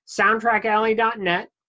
SoundtrackAlley.net